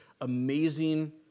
amazing